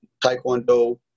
Taekwondo